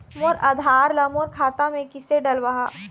मोर आधार ला मोर खाता मे किसे डलवाहा?